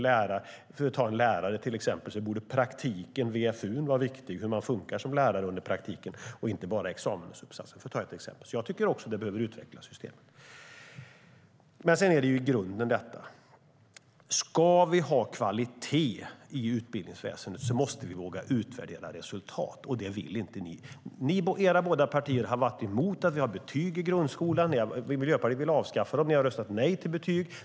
För en lärare borde det vara viktigt hur det funkar under praktiken, VFU:n, för att ta ett exempel. Även jag tycker alltså att systemet bör utvecklas. I grunden handlar det om: Ska vi ha kvalitet i utbildningsväsendet måste vi våga utvärdera resultat, och det vill inte ni. Era båda partier har varit emot att vi har betyg i grundskolan. Miljöpartiet vill avskaffa dem. Ni har röstat nej till betyg.